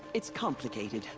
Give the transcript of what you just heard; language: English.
it's complicated.